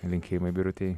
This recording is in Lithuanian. linkėjimai birutei